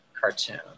cartoon